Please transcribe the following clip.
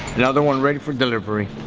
another one ready for delivery